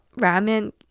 ramen